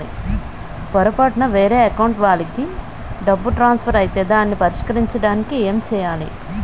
పొరపాటున వేరే అకౌంట్ వాలికి డబ్బు ట్రాన్సఫర్ ఐతే దానిని పరిష్కరించడానికి ఏంటి చేయాలి?